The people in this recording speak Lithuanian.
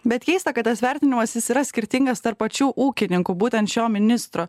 bet keista kad tas vertinimas jis yra skirtingas tarp pačių ūkininkų būtent šio ministro